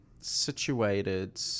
situated